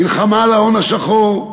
מלחמה על ההון השחור,